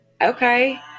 Okay